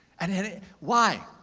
and why?